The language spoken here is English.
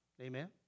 amen